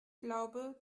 glaube